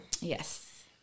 Yes